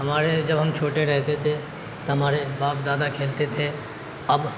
ہمارے جب ہم چھوٹے رہتے تھے تو ہمارے باپ دادا کھیلتے تھے اب